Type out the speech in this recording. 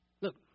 look